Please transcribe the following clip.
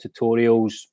tutorials